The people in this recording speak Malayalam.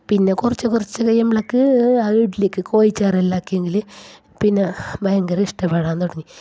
പിന്നെ കുറച്ചു കുറച്ചു കഴിയുമ്പോഴെക്ക് ആ ഇഡലിക്കു കോഴിച്ചാർ എല്ലാം ആക്കിയെങ്കിൽ പിന്നെ ഭയങ്കര ഇഷ്ടപ്പെടാന് തുടങ്ങി